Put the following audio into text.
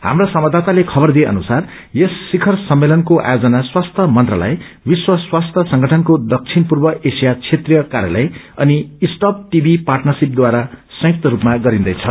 हाप्रा संवाददाताले खवर दिए अनुसार यस श्रिखर सम्मेतनको आयोजन स्वास्थ्य मंत्रालय विश्व स्वास्थ्य संग्इनको दक्षिण पूर्व एशिया च्क्षेत्रिय कार्यलय अनि स्टप र्पाटनरशिप द्वारा संयुक्त रूपमा गरिन्दैछ